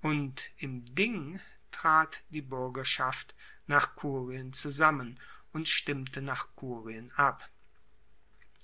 und im ding trat die buergerschaft nach kurien zusammen und stimmte nach kurien ab